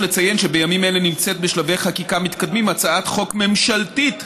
יש לציין שבימים אלה נמצאת בשלבי חקיקה מתקדמים הצעת חוק ממשלתית